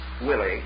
Willie